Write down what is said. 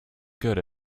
good